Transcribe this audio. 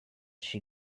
she